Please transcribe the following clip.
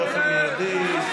באופן מיידי.